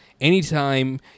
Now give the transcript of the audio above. Anytime